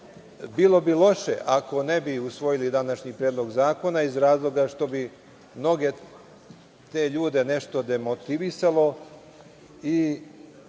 bi loše ako ne bi usvojili današnji predlog zakona iz razloga što bi mnoge te ljude nešto demotivisalo i